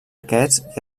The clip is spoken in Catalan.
aquests